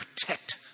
protect